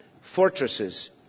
Fortresses